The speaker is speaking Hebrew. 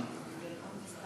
גם אני לא.